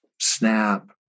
snap